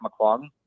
McClung